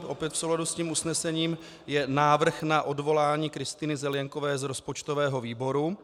Opět v souladu s usnesením je návrh na odvolání Kristýny Zelienkové z rozpočtového výboru.